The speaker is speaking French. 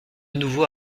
nouveau